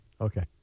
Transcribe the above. Okay